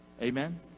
Amen